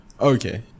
okay